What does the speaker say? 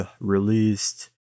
released